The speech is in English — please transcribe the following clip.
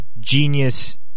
genius